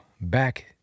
back